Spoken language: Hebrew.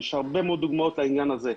יש הרבה מאוד דוגמאות לעניין הזה.